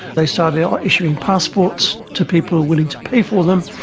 they started issuing passports to people willing to pay for them,